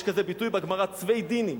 כזה ביטוי בגמרא, "צוויי דינים".